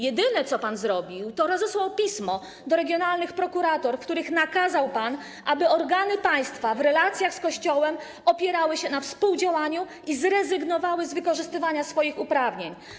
Jedyne, co pan zrobił, to rozesłał pismo do regionalnych prokuratur, w których nakazał pan, aby organy państwa w relacjach z Kościołem opierały się na współdziałaniu i zrezygnowały z wykorzystywania swoich uprawnień.